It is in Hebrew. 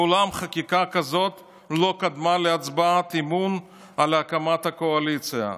מעולם חקיקה כזאת לא קדמה להצבעת אמון על הקמת הקואליציה.